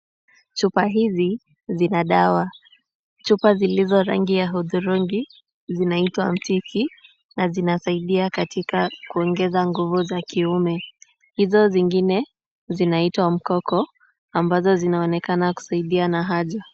Chupa hizi zina dawa. Chupa zilizo rangi ya hudhurungi zinaitwa mtiki na zinasaidia katika kuongeza nguvu za kiume. Hizo zingine zinaitwa mkoko ambazo zinaonekana kusaidia na haja.